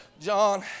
John